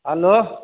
hello